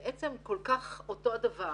בעצם כל כך אותו הדבר